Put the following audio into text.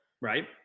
right